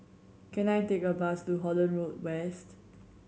can I take a bus to Holland Road West